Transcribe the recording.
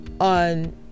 on